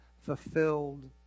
fulfilled